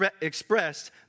expressed